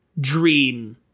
dream